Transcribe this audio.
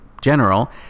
general